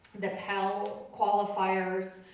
the pell qualifiers,